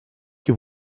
que